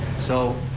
so,